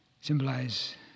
symbolize